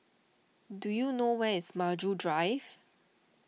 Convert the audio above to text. do you know where is Maju Drive